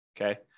Okay